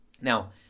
Now